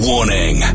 Warning